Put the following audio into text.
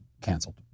canceled